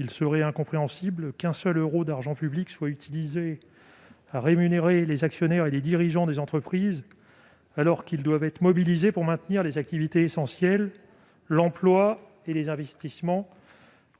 Il serait incompréhensible qu'un seul euro d'argent public soit utilisé pour rémunérer les actionnaires et les dirigeants des entreprises. Ils doivent être mobilisés pour maintenir les activités essentielles, l'emploi et les investissements,